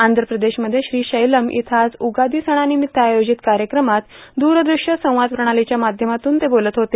आंध्रप्रदेशमध्ये Srisailam इथं आज उगादी सणानिमित्त आयोजित कार्यक्रमात दूरदृश्य संवाद प्रणालीच्या माध्यमातून ते बोलत होते